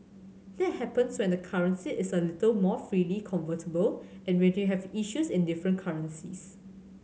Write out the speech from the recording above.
that happens when the currency is a little more freely convertible and when you have issues in different currencies